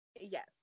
Yes